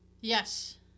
Yes